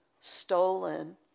stolen